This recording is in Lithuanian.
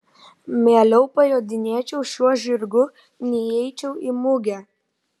mieliau pajodinėčiau šiuo žirgu nei eičiau į mugę